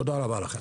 תודה רבה לכם.